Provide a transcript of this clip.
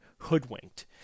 hoodwinked